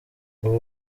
ubu